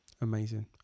Amazing